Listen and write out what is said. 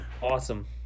Awesome